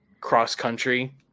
cross-country